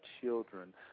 children